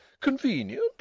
Convenient